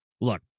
Look